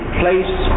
place